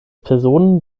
personen